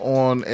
on